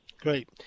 Great